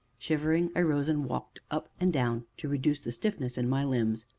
shivering, i rose and walked up and down to reduce the stiffness in my limbs.